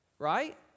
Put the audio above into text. Right